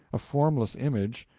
a formless image,